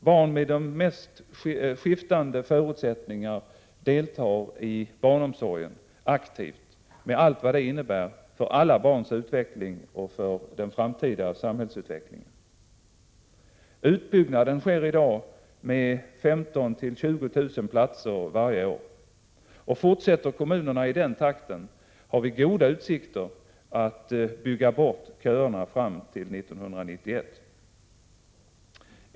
Barn med de mest skiftande förutsättningar deltar aktivt i barnomsorgen, med allt vad det innebär för alla barns utveckling och för den framtida samhällsutvecklingen. Utbyggnaden sker i dag med 15 000-20 000 platser varje år, och om kommunerna fortsätter i den takten finns det goda utsikter att bygga bort köerna fram till 1991.